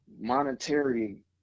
monetary